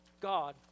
God